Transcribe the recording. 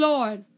Lord